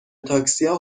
تاکسیا